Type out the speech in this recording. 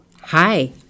hi